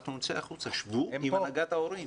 אנחנו נצא החוצה ושבו עם הנהגת ההורים.